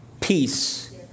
peace